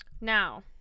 Now